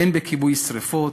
הן בכיבוי שרפות